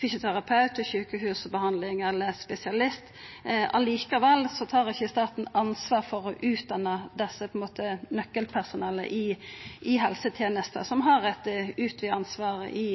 fysioterapeut, til sjukehusbehandling eller til spesialist. Likevel tar ikkje staten ansvar for å utdanna dette nøkkelpersonellet i helsetenester som har eit utvida ansvar i